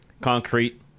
Concrete